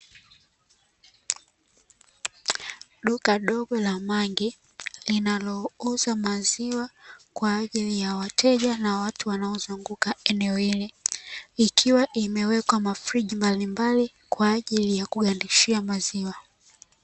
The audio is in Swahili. Duka dogo la mangi linalouza maziwa kwa ajili ya wateja na watu wanaozunguka eneo hili likiwa limewekwa mafriji mbalimbali kwa ajili ya kugandishia maziwa.